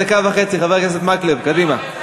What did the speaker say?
דקה וחצי, חבר הכנסת מקלב, קדימה.